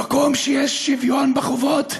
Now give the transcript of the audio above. במקום שיש שוויון בחובות,